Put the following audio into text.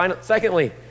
secondly